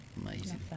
amazing